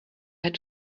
had